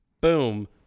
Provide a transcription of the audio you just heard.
boom